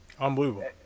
Unbelievable